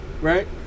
Right